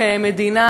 כמדינה,